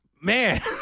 Man